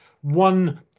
one